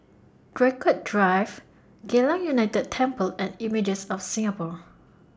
Draycott Drive Geylang United Temple and Images of Singapore